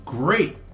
great